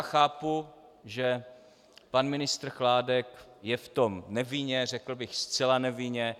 Chápu, že pan ministr Chládek je v tom nevinně, řekl bych zcela nevinně.